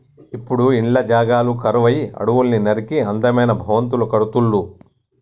ఇప్పుడు ఇండ్ల జాగలు కరువై అడవుల్ని నరికి అందమైన భవంతులు కడుతుళ్ళు